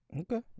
Okay